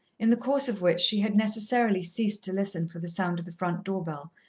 in the course of which she had necessarily ceased to listen for the sound of the front-door bell,